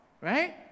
right